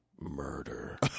Murder